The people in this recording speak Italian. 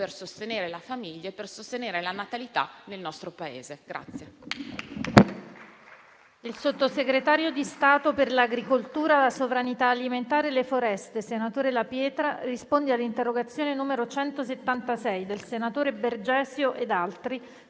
per sostenere la famiglia e per sostenere la natalità nel nostro Paese.